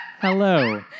Hello